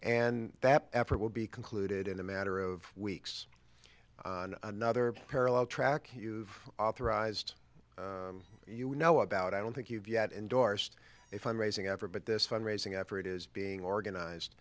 and that effort will be concluded in a matter of weeks on another parallel track authorized you know about i don't think you've yet endorsed if i'm raising ever but this fund raising effort is being organized